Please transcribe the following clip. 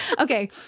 Okay